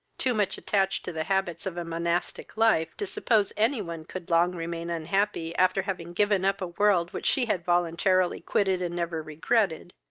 too much attached to the habits of a monastic life, to suppose any one could long remain unhappy after having given up a world which she had voluntarily quitted and never regretted,